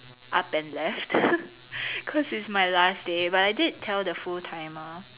up and left cause it's my last day I did tell the full timer